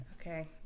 Okay